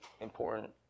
important